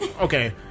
okay